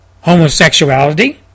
homosexuality